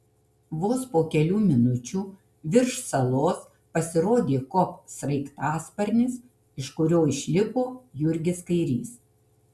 vos po kelių minučių virš salos pasirodė kop sraigtasparnis iš kurio išlipo jurgis kairys